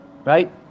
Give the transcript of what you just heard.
right